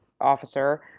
officer